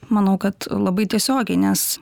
manau kad labai tiesiogiai nes